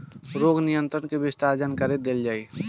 रोग नियंत्रण के विस्तार जानकरी देल जाई?